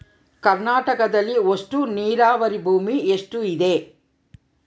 ಕರ್ನಾಟಕದಲ್ಲಿ ಒಟ್ಟು ನೇರಾವರಿ ಭೂಮಿ ಎಷ್ಟು ಇದೆ?